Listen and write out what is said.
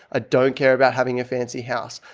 ah don't care about having a fancy house.